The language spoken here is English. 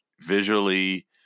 visually